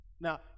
Now